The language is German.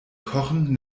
kochen